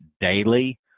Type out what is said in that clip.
daily